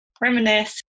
reminisce